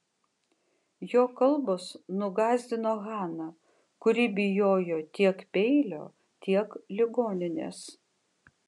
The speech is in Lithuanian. jo kalbos nugąsdino haną kuri bijojo tiek peilio tiek ligoninės